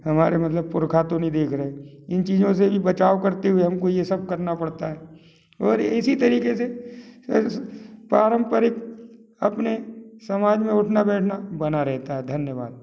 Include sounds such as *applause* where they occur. हमारे मतलब तो पुरखा तो नहीं देख रहे इन चीज़ों से भी बचाव करते हुए हमको ये सब करना पड़ता है और इसी तरीके से *unintelligible* पारंपरिक अपने समाज में उठना बैठना बना रहता है धन्यवाद